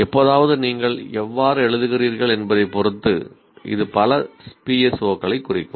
எப்போதாவது நீங்கள் எவ்வாறு எழுதுகிறீர்கள் என்பதைப் பொறுத்து இது பல PSO களைக் குறிக்கும்